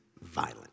violent